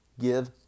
give